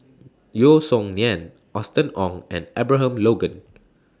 Yeo Song Nian Austen Ong and Abraham Logan